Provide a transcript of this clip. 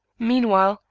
meanwhile,